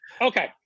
Okay